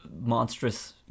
monstrous